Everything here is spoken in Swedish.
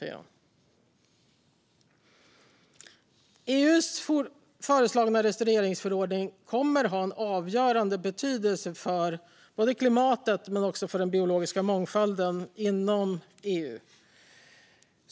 EU:s föreslagna restaureringsförordning kommer att ha en avgörande betydelse för både klimatet och också den biologiska mångfalden inom EU.